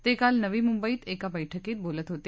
ते काल नवी मुंबई इथं एका बैठकीत बोलत होते